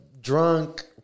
drunk